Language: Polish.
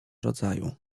rodzaju